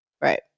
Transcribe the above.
Right